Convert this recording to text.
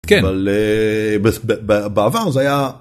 כן. אבל... ב...ב...בעבר זה היה...